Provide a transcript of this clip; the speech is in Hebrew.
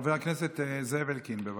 חבר הכנסת זאב אלקין, בבקשה.